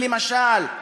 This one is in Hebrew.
למשל.